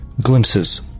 Glimpses